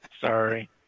Sorry